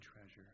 treasure